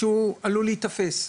שהוא עלול להיתפס.